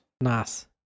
Nice